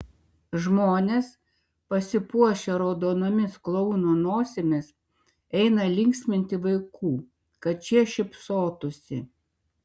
žmonės pasipuošę raudonomis klounų nosimis eina linksminti vaikų kad šie šypsotųsi